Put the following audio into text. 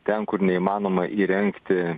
ten kur neįmanoma įrengti